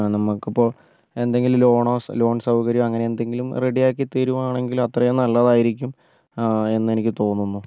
നമുക്ക് അപ്പോൾ എന്തെങ്കിലും ലോണോ ലോൺ സൗകര്യമോ അങ്ങനെ എന്തെങ്കിലും റെഡി ആക്കി തരുവാണെങ്കിൽ അത്രയും നല്ലതായിരിക്കും എന്നെനിക്ക് തോന്നുന്നു